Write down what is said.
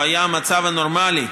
הוא היה המצב הנורמלי,